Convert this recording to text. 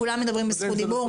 כולם מדברים ברשות דיבור.